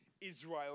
Israel